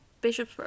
bishop